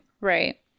Right